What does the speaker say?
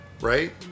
right